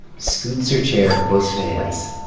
scoots her chair close to his